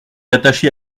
attaché